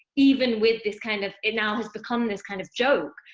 even with this kind of, it now has become this kind of joke,